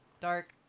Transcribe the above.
dark